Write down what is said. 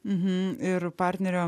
mhm ir partnerio